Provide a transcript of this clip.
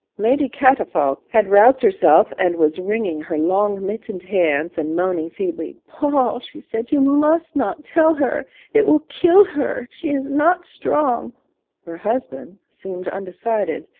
lady catafalque had roused herself and was wringing her long mittened hands and moaning feebly. paul, she said, you must not tell her it will kill her she is not strong her husband seemed undecided,